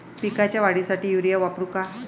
पिकाच्या वाढीसाठी युरिया वापरू का?